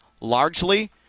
Largely